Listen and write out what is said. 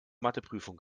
matheprüfung